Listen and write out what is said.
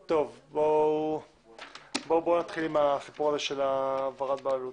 בואו נתחיל עם הנושא של העברת בעלות.